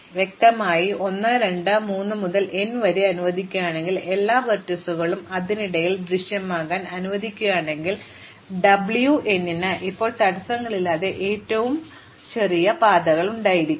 വ്യക്തമായും ഞാൻ 1 2 3 വരെ n വരെ അനുവദിക്കുകയാണെങ്കിൽ എല്ലാ ലംബങ്ങളും അതിനിടയിൽ ദൃശ്യമാകാൻ ഞാൻ അനുവദിക്കുകയാണെങ്കിൽ W n ന് ഇപ്പോൾ തടസ്സങ്ങളില്ലാത്ത ഏറ്റവും ചെറിയ പാതകളുണ്ടാകും